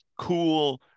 cool